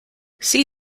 see